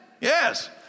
yes